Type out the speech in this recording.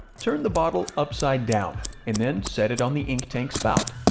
turn the bottle upside down, and then set it on the ink tank spout.